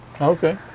Okay